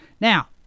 now